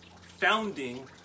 founding